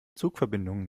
zugverbindungen